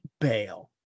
bail